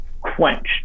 quenched